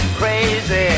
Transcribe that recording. crazy